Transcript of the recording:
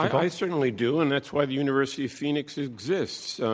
i certainly do, and that's why the university of phoenix exists,